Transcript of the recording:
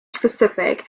specific